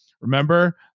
Remember